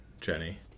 Jenny